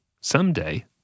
someday